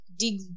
dig